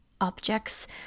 objects